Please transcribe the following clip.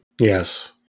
Yes